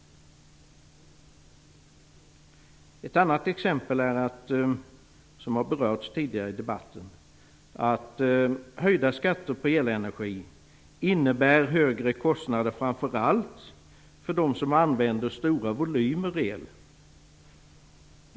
Ett annat exempel som tidigare berörts i debatten är att höjda skatter på elenergi innebär högre kostnader, framför allt för dem som använder stora volymer el.